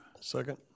Second